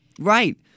Right